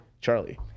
Charlie